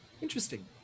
Interesting